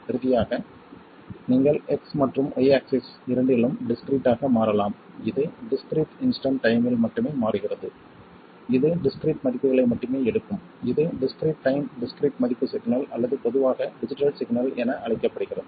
இறுதியாக நீங்கள் x மற்றும் y ஆக்ஸிஸ் இரண்டிலும் டிஸ்க்கிரீட் ஆக மாறலாம் இது டிஸ்க்கிரீட் இன்ஸ்டன்ட் டைம்மில் மட்டுமே மாறுகிறது இது டிஸ்க்கிரீட் மதிப்புகளை மட்டுமே எடுக்கும் இது டிஸ்க்கிரீட் டைம் டிஸ்க்கிரீட் மதிப்பு சிக்னல் அல்லது பொதுவாக டிஜிட்டல் சிக்னல் என அழைக்கப்படுகிறது